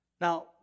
Now